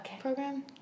program